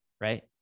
right